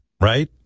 right